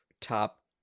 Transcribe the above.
top